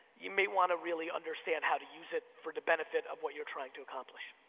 you may wanna really understand how to use it for the benefit of what you're trying to accomplish.